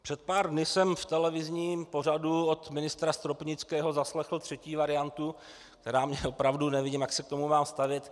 Před pár dny jsem v televizním pořadu od ministra Stropnického zaslechl třetí variantu, ke které opravdu nevím, jak se mám stavět.